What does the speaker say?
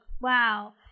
Wow